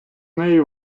неї